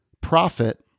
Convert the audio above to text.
profit